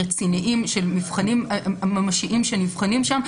רציניים של מבחנים ממשיים שנבחנים שם.